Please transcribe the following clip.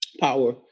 power